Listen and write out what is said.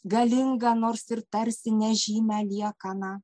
galingą nors ir tarsi nežymią liekaną